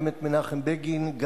אותו בבית-סוהר.